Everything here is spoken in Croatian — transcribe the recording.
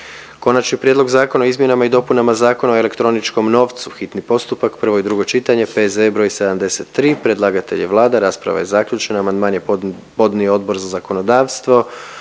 Konačni prijedlog Zakona o izmjenama i dopunama Zakona o poticanju ulaganja, hitni postupak, prvo i drugo čitanje, P.Z.E. broj 85. Predlagatelj je Vlada, rasprava je zaključena pa dajem na glasovanje konačni